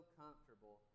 comfortable